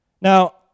Now